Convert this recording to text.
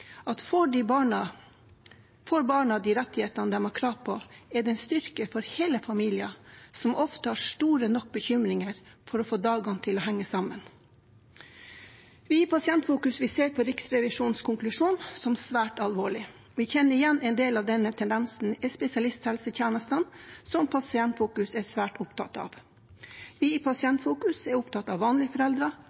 at får barna de rettighetene de har krav på, er det en styrke for hele familien, som ofte har store nok bekymringer for å få dagene til å henge sammen. Vi i Pasientfokus ser på Riksrevisjonens konklusjon som svært alvorlig. Vi kjenner igjen en del av denne tendensen i spesialisthelsetjenestene, som Pasientfokus er svært opptatt av. Vi i Pasientfokus er opptatt av at vanlige foreldre